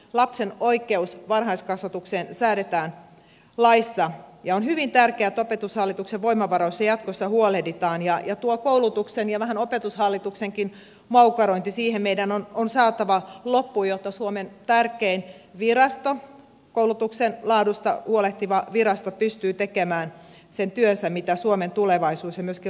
lapsen oikeudesta varhaiskasvatukseen säädetään laissa ja on hyvin tärkeää että opetushallituksen voimavaroista jatkossa huolehditaan ja tuohon koulutuksen ja vähän opetushallituksenkin moukarointiin meidän on saatava loppu jotta suomen tärkein virasto koulutuksen laadusta huolehtiva virasto pystyy tekemään sen työnsä mitä suomen tulevaisuus ja myöskin lasten arki edellyttää